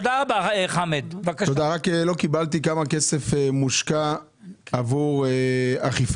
לא נאמר כמה כסף מושקע באכיפה.